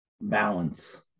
balance